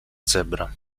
cebra